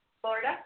Florida